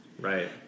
Right